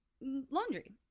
laundry